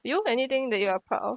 you anything that you are proud of